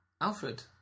Alfred